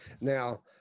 Now